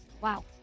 Wow